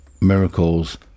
miracles